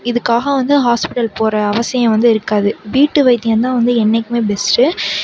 இதுக்காக வந்து ஹாஸ்ப்பிட்டல் போகிற அவசியம் வந்து இருக்காது வீட்டு வைத்தியந்தான் வந்து என்னைக்குமே பெஸ்ட்டு